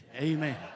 Amen